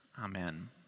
Amen